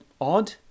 odd